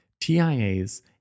TIAs